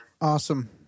Awesome